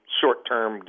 short-term